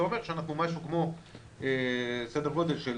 זה אומר שאנחנו משהו כמו סדר גודל של